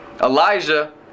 Elijah